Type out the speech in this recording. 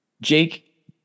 Jake